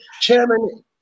Chairman